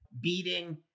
beating